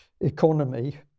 economy